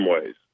ways